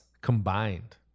combined